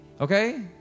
Okay